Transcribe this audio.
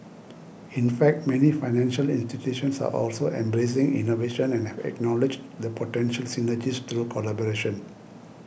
in fact many financial institutions are also embracing innovation and have acknowledged the potential synergies through collaboration